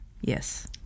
Yes